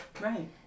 Right